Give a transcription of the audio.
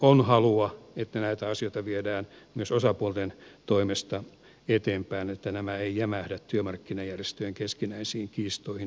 on halua että näitä asioita viedään myös osapuolten toimesta eteenpäin että nämä eivät jämähdä työmarkkinajärjestöjen keskinäisiin kiistoihin